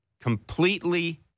completely